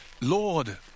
Lord